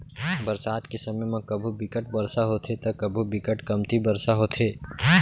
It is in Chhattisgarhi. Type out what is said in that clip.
बरसात के समे म कभू बिकट बरसा होथे त कभू बिकट कमती बरसा होथे